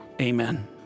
amen